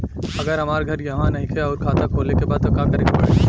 अगर हमार घर इहवा नईखे आउर खाता खोले के बा त का करे के पड़ी?